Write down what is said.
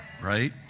Right